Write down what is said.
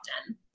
often